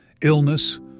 illness